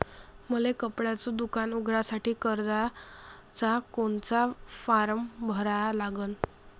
मले कपड्याच दुकान उघडासाठी कर्जाचा कोनचा फारम भरा लागन?